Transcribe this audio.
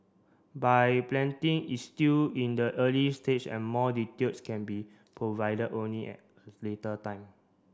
buy planting is still in the early stage and more details can be provided only at a later time